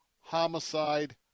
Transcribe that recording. homicide